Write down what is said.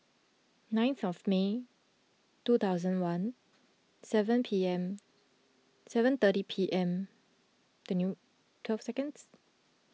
nine May two thousand one seven P M seven thirty P M twelve seconds